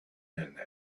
and